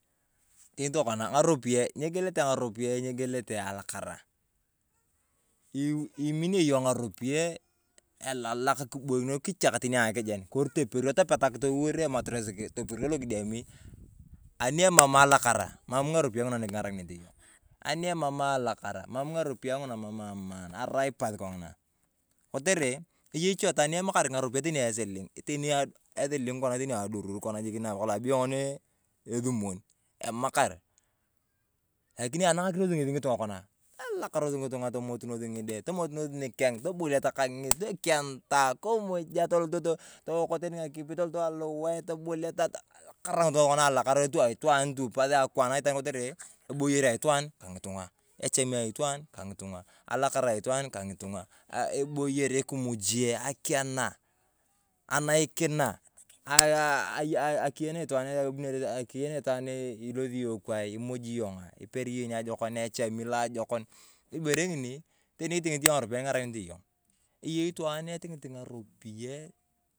Teni tokona ng'aropiyae, nyegielete ng'aropiyae nyegielete alakara. Iminio yong ng'aropiyae elalak kibokinor teni kichak ang’akejen kori toperio topetak toliwor ematires toper alokidiami. Ani emam alakara emam ng'aropiyae ng'una nyikang’a rakinete yong. Ani emam alakara ng’aropiyae ng'una emam amaan, arai paas kong’ina. Kotere eyei iche itwaan ni emakar ng'aropiyae teni esiling, teni esiling kona adurur nakolong abeyo ng’oni esumun. Emakar, lakini anang’a kinosi ng'itung'a konaa, tolakaros ng'itung'a, tomotunos ng’ide nikeng toboliata kang’es, tokenita, toloto teni towoko teni ng’akipi, toloto teni alowae toboliata, alakara tu aitwaan kotere echumi, kaa ng'itung'a, alakara aitwaan ka ng'itung'a, eboyor ekimuje, akiaana, anaikina aah akiyen itwaan ilosi yong kwai, imuji yonga, ipeer yong niajokon, echami loajokon, echami loajokon, ibere ng'ini teni iting'it yong ng'aropiyae, nyiking’arakinete yong ng'aropiyae, nyiking'arakinete yong. Eyei itwaan iting’it ng'aropiyae.